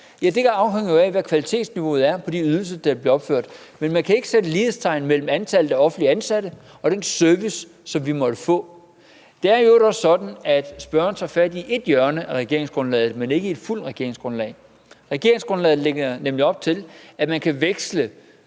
det afhænger jo af, hvad kvalitetsniveauet er på de ydelser, der bliver udført. Men man kan ikke sætte lighedstegn mellem antallet af offentligt ansatte og den service, som vi måtte få. Det er i øvrigt også sådan, at spørgeren tager fat i et hjørne af regeringsgrundlaget, men ikke i det fulde regeringsgrundlag. Regeringsgrundlaget lægger nemlig op til, at man kan veksle